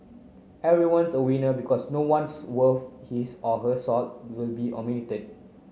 everyone's a winner because no one's worth his or her salt will be omitted